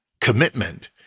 commitment